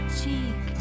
cheek